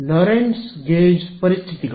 Lorentz gauge ಪರಿಸ್ಥಿತಿಗಳು